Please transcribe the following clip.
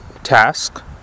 task